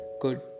good